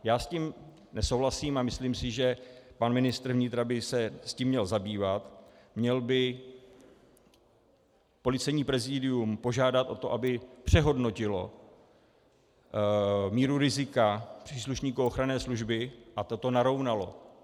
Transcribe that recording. Já s tím nesouhlasím a myslím si, že pan ministr vnitra by se tím měl zabývat, měl by Policejní prezídium požádat o to, aby přehodnotilo míru rizika příslušníků ochranné služby a toto narovnalo.